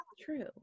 true